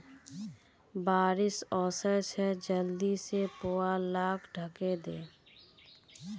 बारिश ओशो छे जल्दी से पुवाल लाक ढके दे